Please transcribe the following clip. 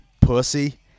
pussy